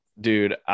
dude